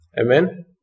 Amen